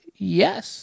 Yes